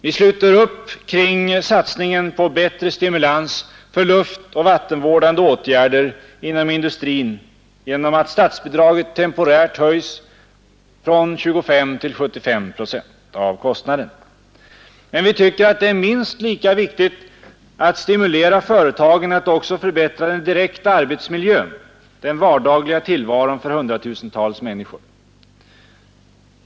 Vi sluter upp kring satsningen på bättre stimulans för luftoch vattenvårdande åtgärder inom industrin genom att statsbidraget temporärt höjs från 25 till 75 procent av kostnaden. Men vi tycker att det är minst lika viktigt att stimulera företagen att också förbättra den direkta arbetsmiljön — den vardagliga tillvaron för hundratusentals människor.